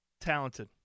Talented